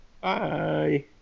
bye